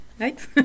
right